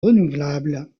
renouvelable